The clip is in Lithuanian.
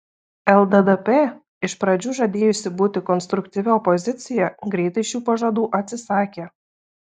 lddp iš pradžių žadėjusi būti konstruktyvia opozicija greitai šių pažadų atsisakė